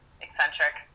eccentric